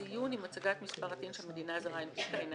ציון אם הצגת מספר ה-TIN שהמדינה הזרה הנפיקה אינה